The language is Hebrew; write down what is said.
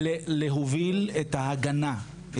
אין לנו כלים להוביל את ההגנה.